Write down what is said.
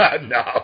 No